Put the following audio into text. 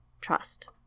trust